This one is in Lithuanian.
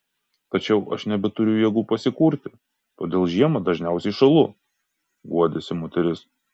tačiau aš nebeturiu jėgų pasikurti todėl žiemą dažniausiai šąlu guodėsi moteris